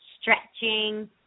stretching